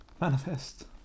Manifest